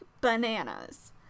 bananas